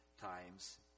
times